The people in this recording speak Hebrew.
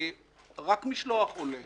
רק משלוח עולה לי,